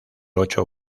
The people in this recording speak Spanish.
ocho